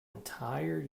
entire